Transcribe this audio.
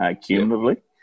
cumulatively